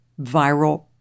viral